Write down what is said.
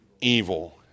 evil